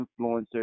influencers